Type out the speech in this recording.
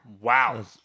Wow